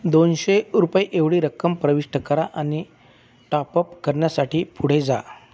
दोनशे रुपये एवढी रक्कम प्रविष्ट करा आणि टॉपअप करण्यासाठी पुढे जा